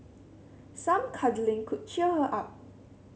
some cuddling could cheer her up